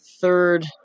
third